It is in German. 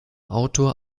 autor